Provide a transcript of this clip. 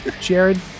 jared